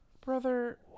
Brother